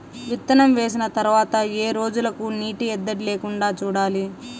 విత్తనం వేసిన తర్వాత ఏ రోజులకు నీటి ఎద్దడి లేకుండా చూడాలి?